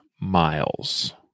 miles